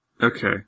Okay